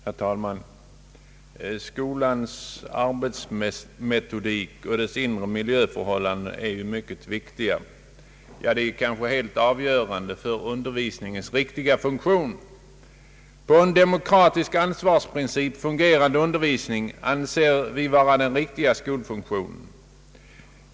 Herr talman! Skolans arbetsmetodik och dess inre miljöförhållanden är ju mycket viktiga, kanske helt avgörande för undervisningens riktiga funktion. En på demokratisk ansvarsprincip fungerande undervisning anser vi vara den riktiga skolfunktionen.